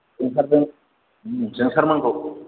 ओंखारगोन जोंसारमोनखौ